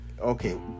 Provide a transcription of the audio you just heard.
Okay